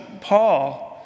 Paul